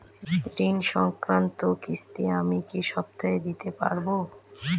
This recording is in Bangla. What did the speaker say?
ঋণ সংক্রান্ত কিস্তি আমি কি সপ্তাহে দিতে পারবো?